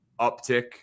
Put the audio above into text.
uptick